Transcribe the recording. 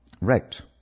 wrecked